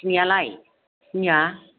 सिनियालाय सिनिया